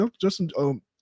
Justin –